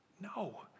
no